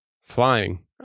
flying